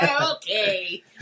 Okay